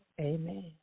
amen